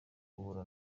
guhura